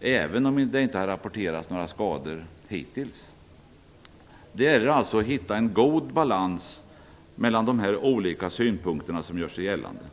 även om det hittills inte har rapporterats några skador. Det gäller alltså att hitta en god balans mellan de olika synpunkter som gör sig gällande.